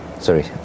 Sorry